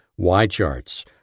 YCharts